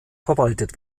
verwaltet